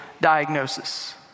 diagnosis